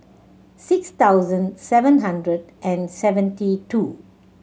six thousand seven hundred and seventy two